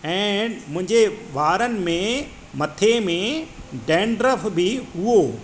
ऐं मुंहिंजे वारनि में मथे में डैंड्रफ बि हुओ